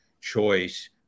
choice